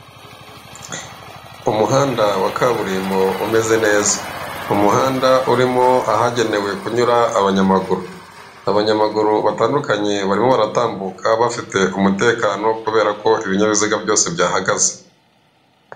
Umuhanda wa kaburimbo umeze neza, umuhanda urimo ahagenewe kunyura abanyamaguru, abanyamaguru batandukanye barimo baratambuka bafite umutekano kubera ko ibinyabiziga byose byahagaze.